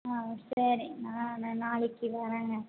ஆ சரி நான் நாளைக்கு வரங்க